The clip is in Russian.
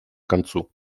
концу